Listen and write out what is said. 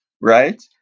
right